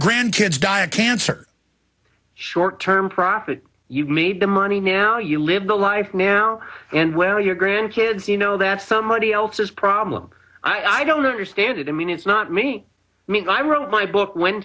grand kids die of cancer short term profit you meet the money now you live the life now and where your grandkids you know that somebody else's problem i don't understand it i mean it's not me i mean i wrote my book when